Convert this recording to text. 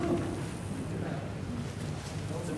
מי